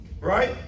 right